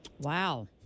Wow